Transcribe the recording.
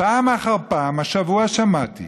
פעם אחר פעם השבוע שמעתי